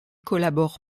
collabore